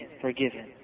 forgiven